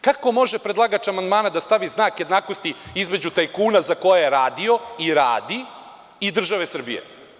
Kako može predlagač amandmana da stavi znak jednakosti između tajkuna za koje je radio i radi i države Srbije?